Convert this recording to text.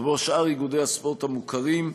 כמו שאר איגודי הספורט המוכרים,